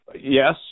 Yes